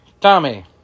Tommy